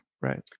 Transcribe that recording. Right